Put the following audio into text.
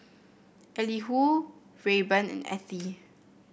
Elihu Rayburn and Ethie